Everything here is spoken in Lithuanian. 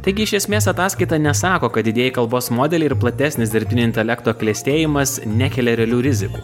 taigi iš esmės ataskaita nesako kad didieji kalbos modeliai ir platesnis dirbtinio intelekto klestėjimas nekelia realių rizikų